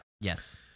Yes